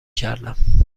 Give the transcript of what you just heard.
کردم